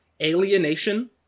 alienation